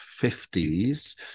50s